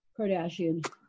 Kardashian